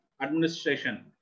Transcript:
Administration